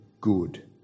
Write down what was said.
good